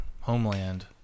Homeland